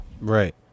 right